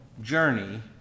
journey